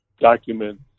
document